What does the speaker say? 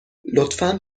لطفا